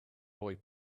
boy